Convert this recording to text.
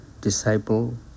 disciple